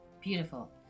Beautiful